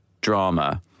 drama